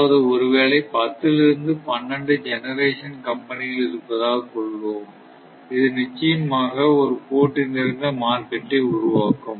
அதாவது ஒரு வேளை 10 லிருந்து 12 ஜெனரேஷன் கம்பெனிகள் இருப்பதாகக் கொள்வோம் இது நிச்சயமாக ஒரு போட்டி நிறைந்த மார்க்கெட்டை உருவாக்கும்